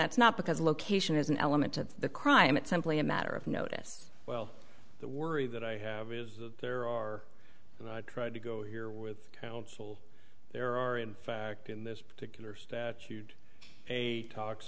that's not because location is an element of the crime it simply a matter of notice well the worry that i have is that there are and i try to go here with counsel there are in fact in this particular statute a talks